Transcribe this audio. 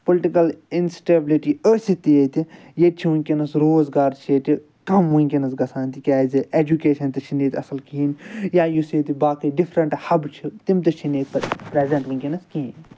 political instability ٲسِتھ تہِ ییٚتہِ ییٚتہِ چھِ وٕنۍکٮ۪نَس روزگار چھِ ییٚتہِ کم وٕنۍکٮ۪نَس گَژھان تکیازِ ایٚجُکیشَن تہِ چھِنہٕ ییٚتہِ اصٕل کِہیٖنۍ یا یُس ییٚتہِ باقٕے ڈِفرَنٹ ہَب چھ تِم تہِ چھِنہٕ ییٚتہِ پرٛٮ۪زٮ۪نٛٹ وٕنۍکٮ۪نَس کِہیٖنۍ